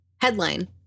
headline